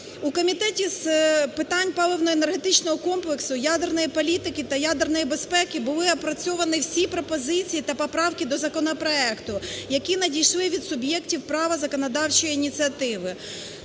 У Комітеті з питань паливно-енергетичного комплексу, ядерної політики та ядерної безпеки були опрацьовані всі пропозиції та поправки до законопроекту, які надійшли від суб'єктів права законодавчої ініціативи.